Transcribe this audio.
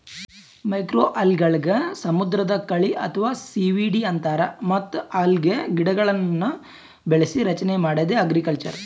ಮೈಕ್ರೋಅಲ್ಗೆಗಳಿಗ್ ಸಮುದ್ರದ್ ಕಳಿ ಅಥವಾ ಸೀವೀಡ್ ಅಂತಾರ್ ಮತ್ತ್ ಅಲ್ಗೆಗಿಡಗೊಳ್ನ್ ಬೆಳಸಿ ರಚನೆ ಮಾಡದೇ ಅಲ್ಗಕಲ್ಚರ್